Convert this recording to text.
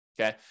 okay